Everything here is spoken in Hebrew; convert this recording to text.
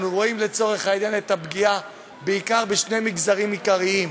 אנחנו רואים לצורך העניין את הפגיעה בעיקר בשני מגזרים עיקריים: